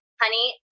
honey